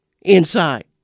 inside